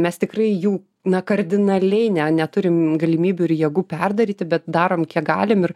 mes tikrai jų na kardinaliai ne neturim galimybių ir jėgų perdaryti bet darom kiek galim ir